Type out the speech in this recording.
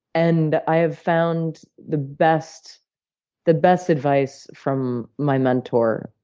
and i've found the best the best advice from my mentor,